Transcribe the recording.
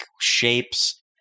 shapes